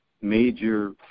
major